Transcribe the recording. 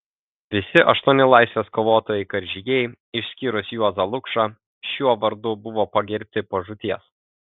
visi aštuoni laisvės kovotojai karžygiai išskyrus juozą lukšą šiuo vardu buvo pagerbti po žūties